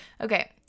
okay